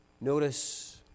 Notice